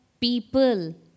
people